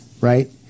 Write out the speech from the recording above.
right